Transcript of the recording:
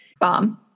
bomb